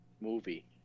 movie